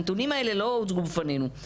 הנתונים האלה לא הוצגו בפנינו,